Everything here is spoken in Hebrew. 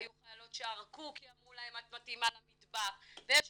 היו חיילות שערקו כי אמרו להן "את מתאימה למדבר" ויש